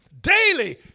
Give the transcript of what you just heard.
daily